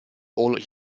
all